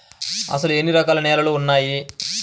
అసలు ఎన్ని రకాల నేలలు వున్నాయి?